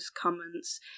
comments